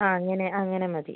ആ അങ്ങനെ അങ്ങനെ മതി